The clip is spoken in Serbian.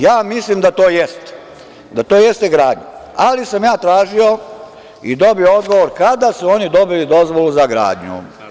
Ja mislim da to jeste gradnja, ali sam ja tražio i dobio odgovor kada su oni dobili dozvolu za gradnju.